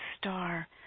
star